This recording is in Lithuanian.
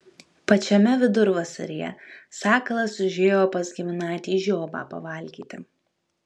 pačiame vidurvasaryje sakalas užėjo pas giminaitį žiobą pavalgyti